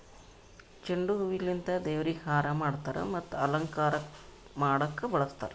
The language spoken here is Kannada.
ಚೆಂಡು ಹೂವಿಲಿಂತ್ ದೇವ್ರಿಗ್ ಹಾರಾ ಮಾಡ್ತರ್ ಮತ್ತ್ ಅಲಂಕಾರಕ್ಕ್ ಮಾಡಕ್ಕ್ ಬಳಸ್ತಾರ್